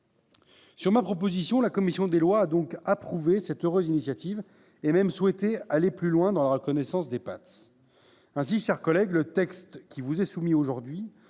Sur ma proposition, la commission des lois a donc approuvé cette heureuse initiative et a même souhaité aller plus loin dans la reconnaissance des PATS. Ainsi, mes chers collègues, le texte qui vous est soumis aujourd'hui